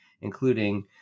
including